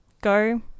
go